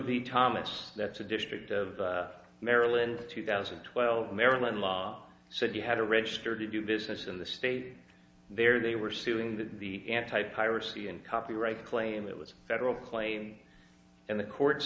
the thomas that's the district of maryland two thousand and twelve maryland law said you had to register to do business in the state there they were suing that the anti piracy and copyright claim it was a federal claim and the court